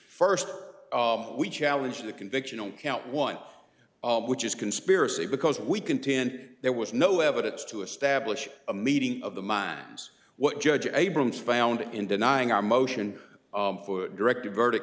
first we challenged the conviction on count one which is conspiracy because we contend there was no evidence to establish a meeting of the minds what judge abrams found in denying our motion for directed verdict